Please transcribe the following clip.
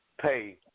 pay